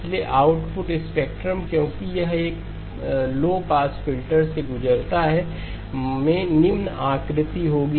इसलिए output spectrum क्योंकि यह एक लो पास फिल्टर से गुजरता है में निम्न आकृति होगी